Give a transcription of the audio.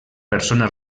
persona